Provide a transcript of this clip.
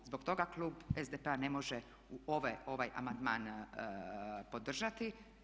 Zbog toga klub SDP-a ne može ovaj amandman podržati.